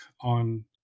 on